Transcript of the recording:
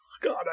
God